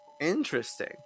interesting